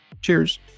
Cheers